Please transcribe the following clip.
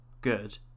good